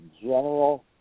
general